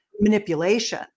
manipulation